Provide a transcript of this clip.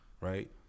Right